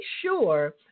sure